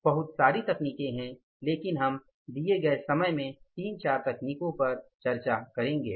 बहुत सारी तकनीकें हैं लेकिन हम दिए गए समय में तीन चार तकनीकों पर चर्चा करेंगे